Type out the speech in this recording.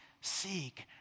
seek